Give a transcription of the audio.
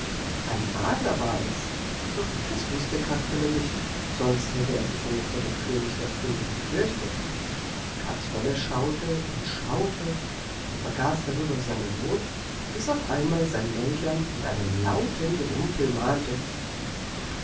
ein adler war es doch das wußte kasperle nicht sonst hätte er sich wohl vor dem könig der vögel gefürchtet kasperle schaute und schaute er vergaß darüber seine not bis auf einmal sein mäglein mit einem lauten gerumpel mahnte